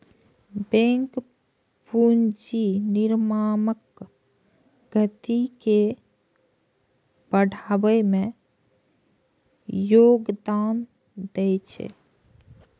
bank पूंजी निर्माणक गति के बढ़बै मे योगदान दै छै